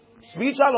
spiritual